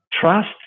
trust